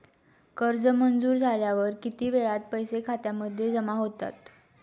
कर्ज मंजूर झाल्यावर किती वेळात पैसे खात्यामध्ये जमा होतात?